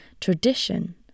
tradition